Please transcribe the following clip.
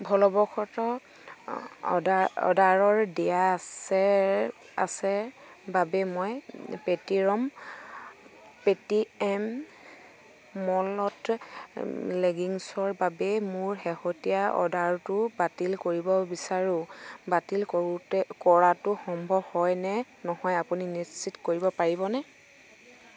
ভুলবশতঃ অৰ্ডাৰ দিয়া আছে আছেৰ বাবে মই পেটিএম মলত লেগিংছৰ বাবে মোৰ শেহতীয়া অৰ্ডাৰটো বাতিল কৰিব বিচাৰোঁ বাতিল কৰোঁতে কৰাটো সম্ভৱ হয় নে নহয় আপুনি নিশ্চিত কৰিব পাৰিবনে